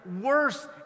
worse